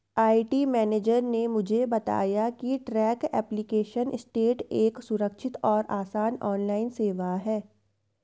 IT manager ने मुझे बताया की ट्रैक एप्लीकेशन स्टेटस एक सुरक्षित और आसान ऑनलाइन सेवा है